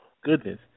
Goodness